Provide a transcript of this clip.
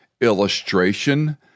illustration